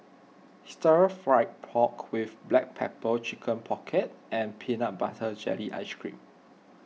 Stir Fried Pork with Black Pepper Chicken Pocket and Peanut Butter Jelly Ice Cream